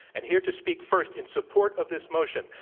and here to speak first in support of this motion,